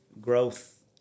growth